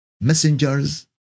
messengers